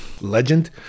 Legend